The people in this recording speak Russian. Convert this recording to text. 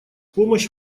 помощь